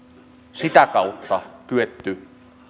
sitä kautta kyetty